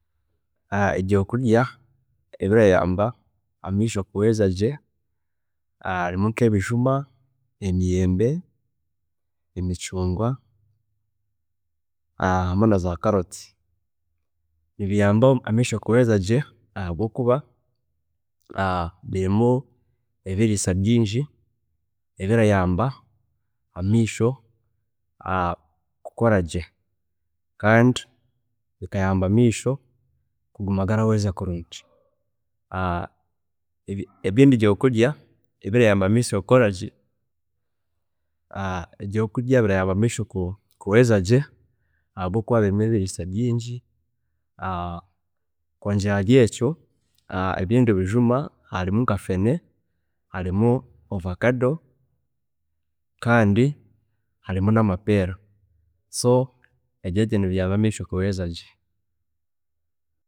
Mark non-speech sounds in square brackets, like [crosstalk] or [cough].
[hesitation] Ebyokurya ebirayamba amaisho kuhweza gye harimu [hesitation] nkebijuma, emiyembe, emicungwa hamwe [hesitation] naza carrot, nibiyamba ameisho kuhweza gye ahabwokuba [hesitation] birimu ebiriisa bingi ebirayamba ameisho [hesitation] kukoragye kandi bikayamba ameisho kuguma garakora kurungi. [hesitation] ebindi byokurya ebirayamba ameisho kukora gye ebyokurya [hesitation] ebirayamba ameisho kuguma garahweza gye habwokuba harimu ebiriisa bingi [hesitation] kwongera ahari ekyo, ebindi bijuma harimu nka fene, ovacado kandi hamwe namapeera, so ebyo ebyo nibiyamba ameisho kuhweza gye.